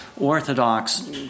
Orthodox